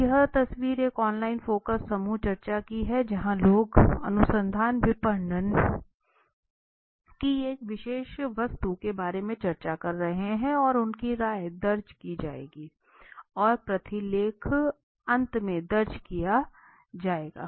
तो यह तस्वीर एक ऑनलाइन फोकस समूह चर्चा की हैं जहां लोग अनुसंधान विपणन की एक विशेष वस्तु के बारे में चर्चा कर रहे हैं और उनकी राय दर्ज की जाएगी और प्रतिलेख अंत में दर्ज किया जाएगा